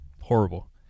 Horrible